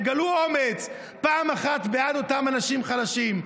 תגלו אומץ פעם אחת בעד אותם אנשים חלשים.